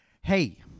Hey